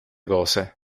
cose